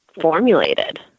formulated